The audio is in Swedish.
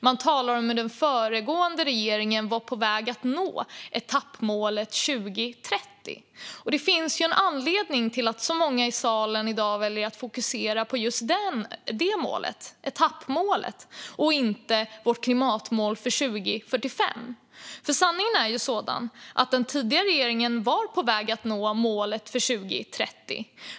Man talar om hur den föregående regeringen var på väg att nå etappmålet för 2030. Det finns en anledning till att så många i salen i dag väljer att fokusera på just det etappmålet och inte på vårt klimatmål för 2045. Sanningen är ju att den tidigare regeringen var på väg att nå målet för 2030.